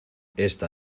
esta